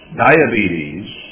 diabetes